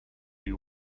you